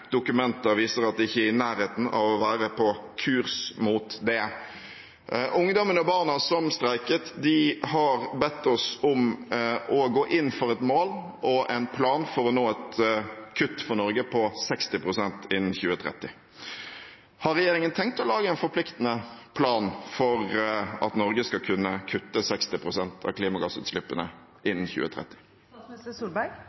dokumenter viser at en ikke er i nærheten av å være på kurs mot det. Ungdommene og barna som streiket, har bedt oss om å gå inn for et mål om – og en plan for å nå – et kutt for Norge på 60 pst. innen 2030. Har regjeringen tenkt å lage en forpliktende plan for at Norge skal kunne kutte 60 pst. av klimagassutslippene